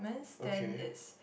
okay